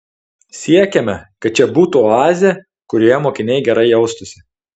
siekiame kad čia būtų oazė kurioje mokiniai gerai jaustųsi